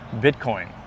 Bitcoin